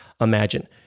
Imagine